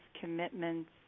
commitments